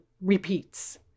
repeats